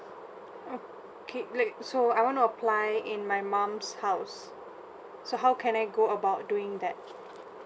okay let I want to apply in my mum's house so how can I go about doing that